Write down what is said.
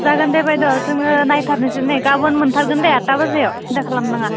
जागोन दे बायद' जोङो नायथारनोसै नै गाबोन मोनथारगोन दे आतथा बाजियाव सिन्था खालामनाङा